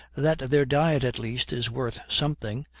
that their diet at least is worth something,